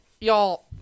y'all